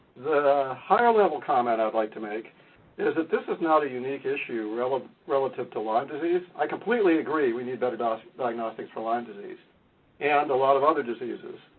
the high-level comment i'd like to make is that this is not a unique issue relative relative to lyme disease. i completely agree we need better ah diagnostics for lyme disease and a lot of other diseases.